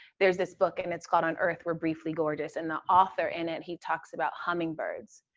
there's this book and it's called on earth we're briefly gorgeous. and the author in it, he talks about hummingbirds,